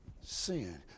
sin